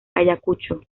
ayacucho